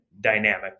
dynamic